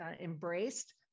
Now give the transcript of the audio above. embraced